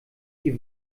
die